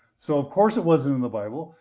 so of course, it wasn't in the bible,